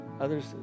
Others